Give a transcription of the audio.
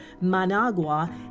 Managua